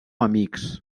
amics